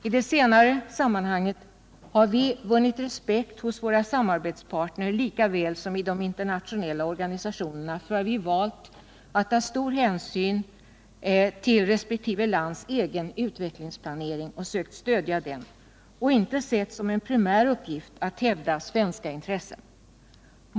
I det senare sammanhanget har vi vunnit respekt hos våra samarbetspartner lika väl som i de internationella organisationerna för att vi valt att ta stor hänsyn till resp. lands egen utvecklingsplanering och sökt stödja den och inte sett som en primär uppgift att hävda svenska intressen.